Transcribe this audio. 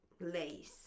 Lace